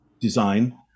design